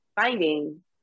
finding